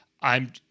I'm-